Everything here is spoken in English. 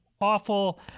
awful